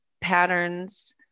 patterns